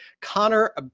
Connor